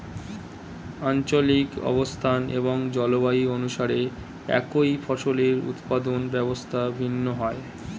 আঞ্চলিক অবস্থান এবং জলবায়ু অনুসারে একই ফসলের উৎপাদন ব্যবস্থা ভিন্ন হয়